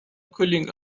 cooling